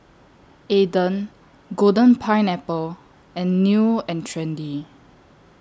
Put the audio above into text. Aden Golden Pineapple and New and Trendy